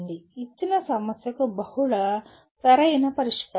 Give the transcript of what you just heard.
ఇచ్చిన సమస్యకు బహుళ సరైన పరిష్కారాలు